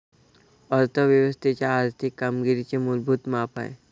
अर्थ व्यवस्थेच्या आर्थिक कामगिरीचे मूलभूत माप आहे